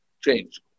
change